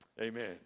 amen